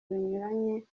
binyuranye